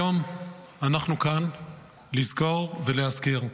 היום אנחנו כאן לזכור ולהזכיר: